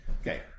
Okay